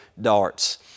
darts